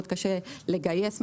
מאוד קשה לגייס משאבים.